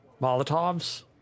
Molotovs